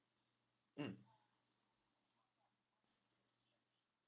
mm